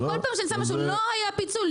שכל פעם שיצא משהו לא היה פיצוי,